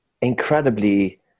incredibly